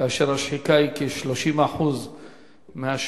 כאשר השחיקה היא כ-30% מהשער,